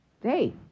hey